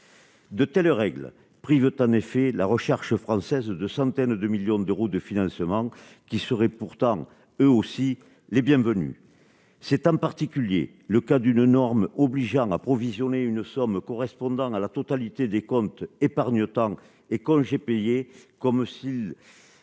De telles règles prix veut en effet la recherche française de centaines de millions d'euros de financements qui serait pourtant eux aussi les bienvenus, c'est en particulier le cas d'une norme obligeant a provisionné une somme correspondant à la totalité des comptes épargne-temps et quand j'ai payé comme s'il